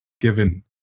given